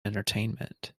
entertainment